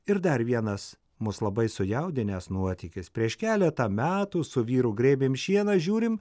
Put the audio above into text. ir dar vienas mus labai sujaudinęs nuotykis prieš keletą metų su vyru grėbėm šieną žiūrime